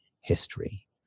history